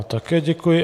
Také děkuji.